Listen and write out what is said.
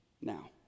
now